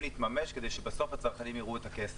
להתממש כדי שבסוף הצרכנים יראו את הכסף,